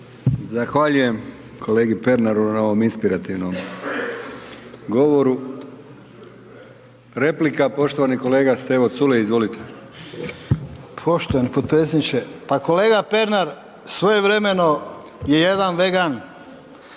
Zahvaljujem kolegi Pernaru na ovom inspirativnom govoru. Replika, poštovani kolega Stevo Culej, izvolite. **Culej, Stevo (HDZ)** Poštovani potpredsjedniče. Pa kolega Pernar svojevremeno je jedan vegan